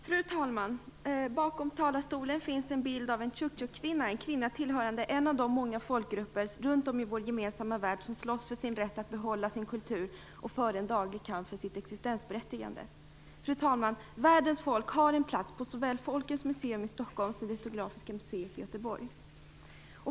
Fru talman! Bakom talarstolen finns en bild av en Tjuktjuk-kvinna, en kvinna tillhörande en av de många folkgrupper runt om i vår gemensamma värld som slåss för sin rätt att behålla sin kultur och som för en daglig kamp för sitt existensberättigande. Världens folk har en plats på såväl Folkens museum i Stockholm som på det etnografiska museet i Göteborg.